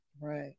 Right